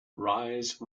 rise